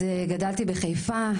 גדלתי בחיפה,